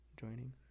joining